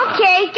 Okay